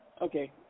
Okay